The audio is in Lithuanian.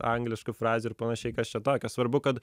angliškų frazių ir panašiai kas čia tokio svarbu kad